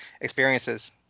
experiences